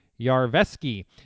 Yarveski